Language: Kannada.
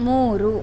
ಮೂರು